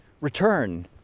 return